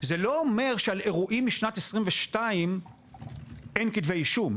זה לא אומר שעל אירועים משנת 2022 אין כתבי אישום.